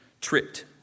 tricked